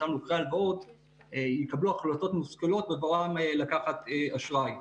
אותם לוקחי הלוואות יקבלו החלטות מושכלות בבואם לקחת אשראי.